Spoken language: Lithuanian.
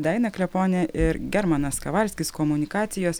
daina kleponė ir germanas kavalskis komunikacijos